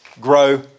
grow